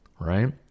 right